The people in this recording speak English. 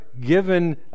given